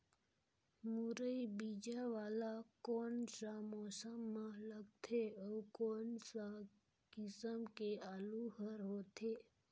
मुरई बीजा वाला कोन सा मौसम म लगथे अउ कोन सा किसम के आलू हर होथे?